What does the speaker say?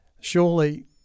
surely